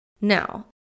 Now